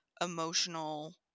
emotional